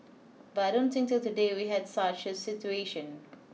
but I don't think till today we have such a situation